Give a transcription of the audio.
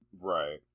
Right